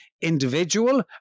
individual